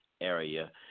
area